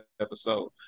episode